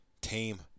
tame